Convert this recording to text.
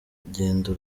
rugendo